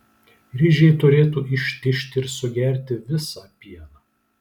ryžiai turėtų ištižti ir sugerti visą pieną